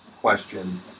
question